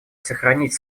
сохранить